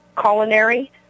culinary